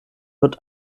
wird